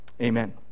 amen